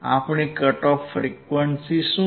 આપણી cut off frequency શું છે